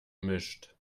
mischt